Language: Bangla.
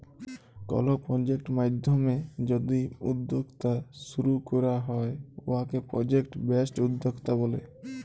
কল পরজেক্ট মাইধ্যমে যদি উদ্যক্তা শুরু ক্যরা হ্যয় উয়াকে পরজেক্ট বেসড উদ্যক্তা ব্যলে